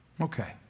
Okay